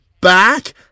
back